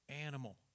animal